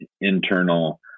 internal